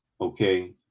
Okay